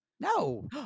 No